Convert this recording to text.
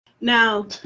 Now